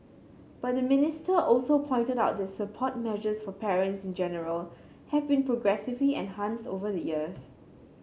but the minister also pointed out that support measures for parents in general have been progressively enhanced over the years